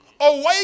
Awake